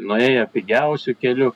nuėjo pigiausiu keliu